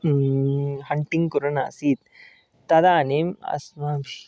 hunting कुर्वन् आसीत् तदानीम् अस्माभिः